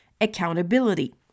accountability